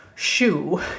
shoe